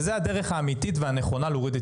זאת הדרך האמיתית והנכונה להוריד את